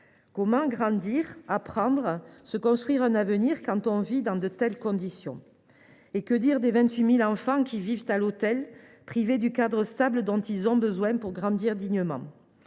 Comment grandir, apprendre et se construire un avenir quand on vit dans de telles conditions ? Que dire également des 28 000 enfants qui vivent à l’hôtel, privés du cadre stable dont ils ont besoin pour grandir dignement ?